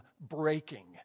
breaking